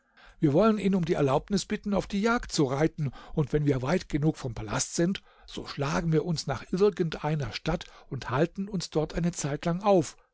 wir wollen ihn um die erlaubnis bitten auf die jagd zu reiten und wenn wir weit genug vom palast sind so schlagen wir uns nach irgend einer stadt und halten uns dort eine zeitlang auf